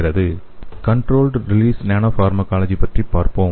slide நேரத்தைப் பார்க்கவும் 0930 controlled release nano pharmacology பற்றி பார்ப்போம்